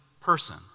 person